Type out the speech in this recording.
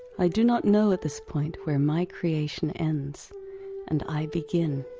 i do not know at this point where my creation ends and i begin.